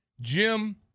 Jim